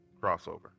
Crossover